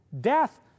death